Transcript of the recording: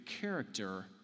character